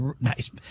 nice